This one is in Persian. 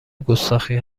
گستاخی